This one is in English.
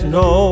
no